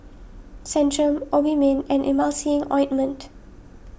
Centrum Obimin and Emulsying Ointment